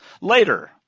later